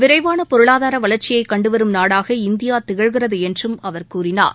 விரைவாக பொருளாதார வளர்ச்சியை கண்டு வரும் நாடாக இந்தியா திகழ்கிறது என்றும் அவர் கூறினார்